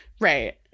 Right